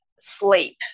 sleep